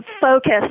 focus